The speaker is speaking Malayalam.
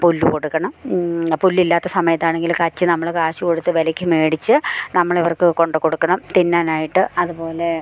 പുല്ലു കൊടുക്കണം പുല്ലില്ലാത്ത സമയത്താണെങ്കിൽ കച്ചി നമ്മൾ കാശ് കൊടുത്ത് വിലക്കു മേടിച്ച് നമ്മളിവർക്ക് കൊണ്ടു കൊടുക്കണം തിന്നാനായിട്ട് അതു പോലെ